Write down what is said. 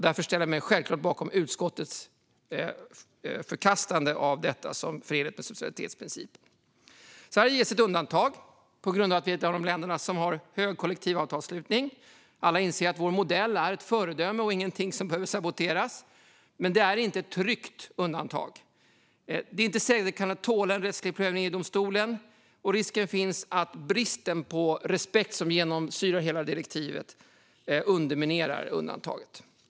Därför ställer jag mig självklart bakom utskottets förkastande av detta som förenligt med subsidiaritetsprincipen. Sverige ges ett undantag på grund av att vi är ett av de länder som har hög kollektivavtalsanslutning. Alla inser att vår modell är ett föredöme och ingenting som behöver saboteras. Men det är inte ett tryggt undantag. Det är inte säkert att det kommer att tåla en rättslig prövning i EU-domstolen, och risken finns att den brist på respekt som genomsyrar hela direktivet underminerar undantaget.